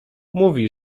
mówi